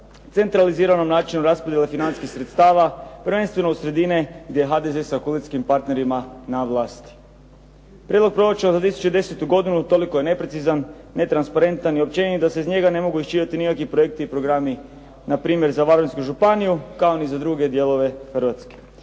centraliziranom načinu raspodjele financijskih sredstava, prvenstveno od sredine gdje je HDZ sa koalicijskim partnerima na vlasti. Prijedlog proračuna za 2010. godinu toliko je neprecizan, netransparentan i općenito se iz njega ne mogu iščitati nikakvi projekti i programi npr. za Varaždinsku županiju, kao ni za druge dijelove Hrvatske.